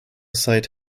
site